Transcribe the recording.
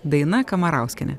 daina kamarauskienė